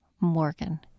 Morgan